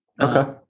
Okay